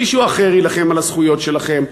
מישהו אחר יילחם על הזכויות שלכם.